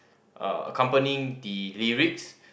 accompanying the lyrics